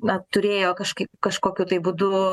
na turėjo kažkaip kažkokiu būdu